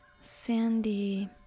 sandy